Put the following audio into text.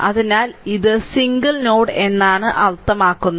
അതിനാൽ ഇത് single node എന്നാണ് അർത്ഥമാക്കുന്നത്